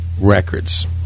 records